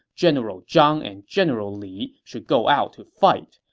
general zhang and general li should go out to fight,